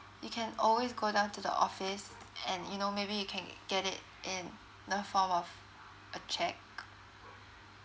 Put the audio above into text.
you can always go down to the office and you know maybe you can get it in the form of a cheque